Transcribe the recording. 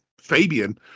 Fabian